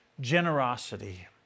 generosity